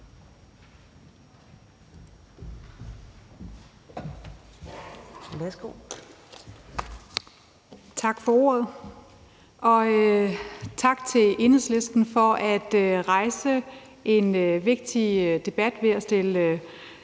Tak for ordet, og tak til Enhedslisten for at rejse en vigtig debat ved at stille